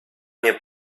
nie